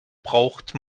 braucht